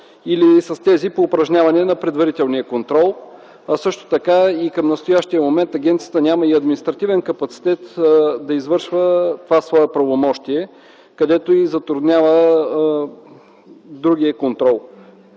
или с тези по упражняване на предварителния контрол. Също така към настоящия момент агенцията няма административен капацитет да извършва това свое правомощие, което затруднява другия контрол.